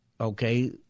okay